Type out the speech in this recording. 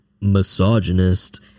misogynist